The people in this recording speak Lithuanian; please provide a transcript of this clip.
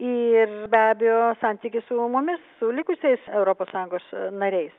ir be abejo santykį su mumis su likusiais europos sąjungos nariais